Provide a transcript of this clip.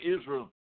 Israel